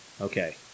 Okay